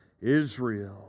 Israel